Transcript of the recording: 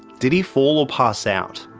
did he fall, or pass out?